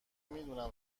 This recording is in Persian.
میدونم